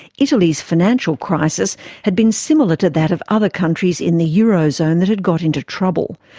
italy's financial crisis had been similar to that of other countries in the eurozone that had got into trouble,